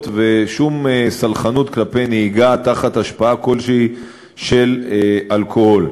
ושום סלחנות כלפי נהיגה תחת השפעה כלשהי של אלכוהול.